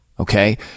Okay